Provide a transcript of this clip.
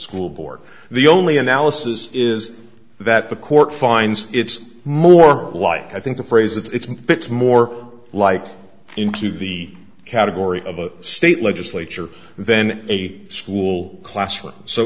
school board the only analysis is that the court finds it's more like i think the phrase it's more like into the category of a state legislature then a school classroom so